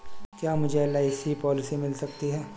क्या मुझे LIC policy मिल सकती है?